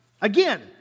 Again